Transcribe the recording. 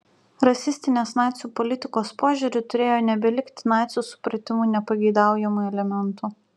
rasistinės nacių politikos požiūriu turėjo nebelikti nacių supratimu nepageidaujamų elementų